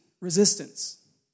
resistance